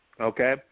Okay